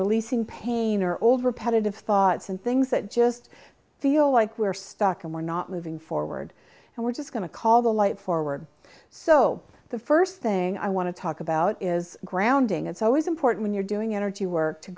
releasing pain or old repetitive thoughts and things that just feel like we're stuck and we're not moving forward and we're just going to call the light forward so the first thing i want to talk about is grounding it's always important you're doing energy work to